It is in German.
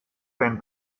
den